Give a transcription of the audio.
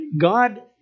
God